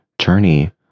journey